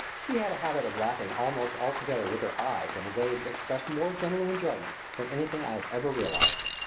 she had a habit of laughing almost altogether with her eyes in a way that expressed more genuine enjoyment than anything i have ever realized.